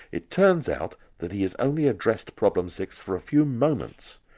it turns out that he has only addressed problem six for a few moments.